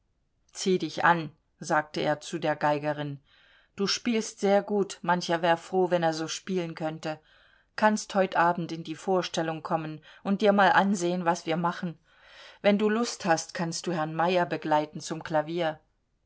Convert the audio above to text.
zieh dich an sagte er zu der geigerin du spielst sehr gut mancher wär froh wenn er so spielen könnte kannst heut abend in die vorstellung kommen und dir mal ansehen was wir machen wenn du lust hast kannst du den herrn meyer begleiten zum klavier